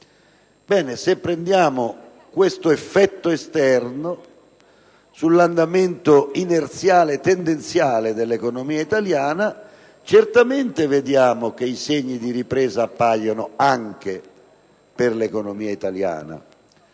considerazione questo effetto esterno sull'andamento inerziale tendenziale dell'economia italiana, certamente vediamo che i segni di ripresa appaiono anche per l'economia italiana.